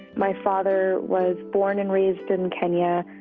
my father was born and raised in kenya,